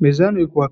mezani kuna